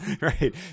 Right